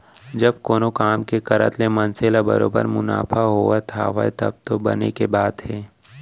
जब कोनो काम के करे ले मनसे ल बरोबर मुनाफा होवत हावय तब तो बने के बात हे